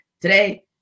Today